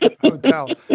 Hotel